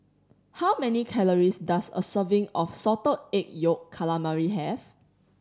how many calories does a serving of Salted Egg Yolk Calamari have